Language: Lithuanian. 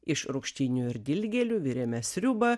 iš rūgštynių ir dilgėlių virėme sriubą